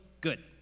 Good